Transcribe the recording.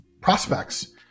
prospects